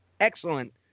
excellent